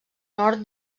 nord